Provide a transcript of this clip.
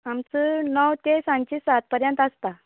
आमचें णव तें सांचें सात परयंत आसता